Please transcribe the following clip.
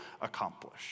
accomplish